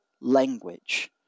language